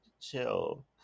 Chill